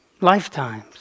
lifetimes